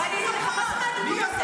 מי,